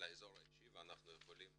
לאזור האישי ואנחנו יכולים